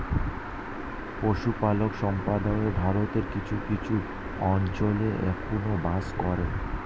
পশুপালক সম্প্রদায় ভারতের কিছু কিছু অঞ্চলে এখনো বাস করে